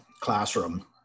classroom